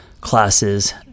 classes